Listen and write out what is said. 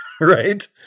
right